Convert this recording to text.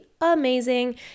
amazing